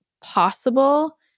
possible